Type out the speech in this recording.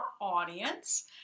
audience